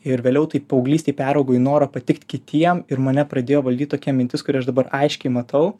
ir vėliau tai paauglystėj peraugo į norą patikt kitiem ir mane pradėjo valdyt tokia mintis kurią aš dabar aiškiai matau